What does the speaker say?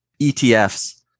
ETFs